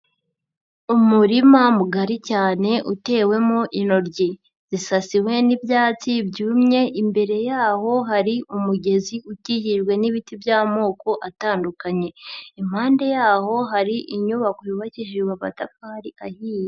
Umurima mugari cyane utewemo intoryi zisasiwe n'ibyatsi byumye imbere yaho hari umugezi ukikijwe n'ibiti by'amoko atandukanye, impande yaho hari inyubako yubakishijwe amatafari ahiye.